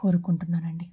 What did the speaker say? కోరుకుంటున్నానండి